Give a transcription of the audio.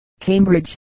Cambridge